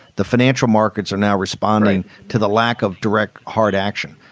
the financial markets are now responding to the lack of direct hard action.